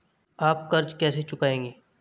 आप कर्ज कैसे चुकाएंगे?